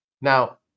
Now